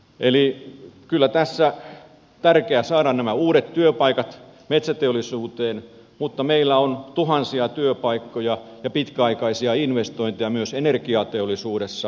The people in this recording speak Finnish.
eli kyllä tässä on tärkeää saada uudet työpaikat metsäteollisuuteen mutta meillä on tuhansia työpaikkoja ja pitkäaikaisia investointeja myös energiateollisuudessa